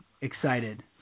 excited